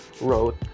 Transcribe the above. wrote